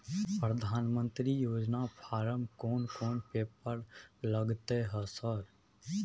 प्रधानमंत्री योजना फारम कोन कोन पेपर लगतै है सर?